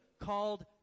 called